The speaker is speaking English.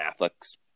affleck's